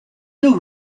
the